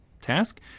Task